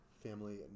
family